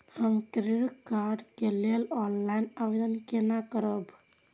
हम credit card के लेल ऑनलाइन आवेदन केना करब?